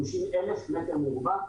50,000 מטר מרובע.